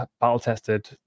battle-tested